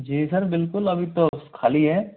जी sir बिल्कुल अभी तो ख़ाली है